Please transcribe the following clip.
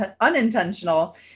unintentional